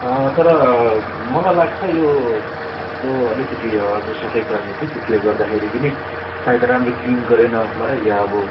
तर मलाई लाग्छ यो हाम्रो अलिकति जो सफाइकर्मी थियो त्यसले गर्दाखेरि पनि सायद राम्रो क्लिन गरेन होला या अब